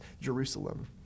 Jerusalem